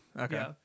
okay